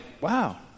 wow